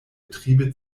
triebe